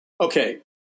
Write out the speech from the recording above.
Okay